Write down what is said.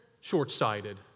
short-sighted